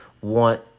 want